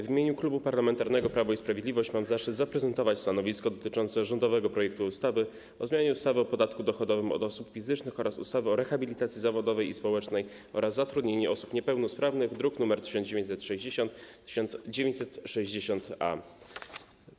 W imieniu Klubu Parlamentarnego Prawo i Sprawiedliwość mam zaszczyt zaprezentować stanowisko dotyczące rządowego projektu ustawy o zmianie ustawy o podatku dochodowym od osób fizycznych oraz ustawy o rehabilitacji zawodowej i społecznej oraz zatrudnianiu osób niepełnosprawnych, druki nr 1960 i 1960-A.